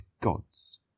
gods